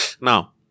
Now